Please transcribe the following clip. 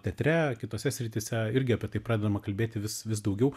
teatre kitose srityse irgi apie tai pradedama kalbėti vis vis daugiau